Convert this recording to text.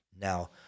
Now